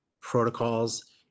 Protocols